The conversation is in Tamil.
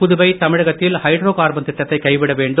புதுவை தமிழகத்தில் ஹைட்ரோ கார்பன் திட்டத்தை கைவிட வேண்டும்